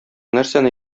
нәрсәне